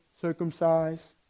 circumcised